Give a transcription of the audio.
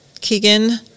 keegan